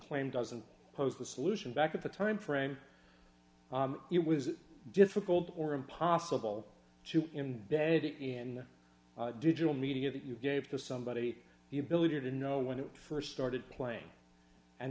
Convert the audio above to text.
claim doesn't post the solution back at the time frame it was difficult or impossible to embed it in digital media that you gave to somebody the ability to know when it st started playing and